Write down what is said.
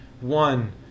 one –